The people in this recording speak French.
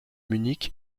munich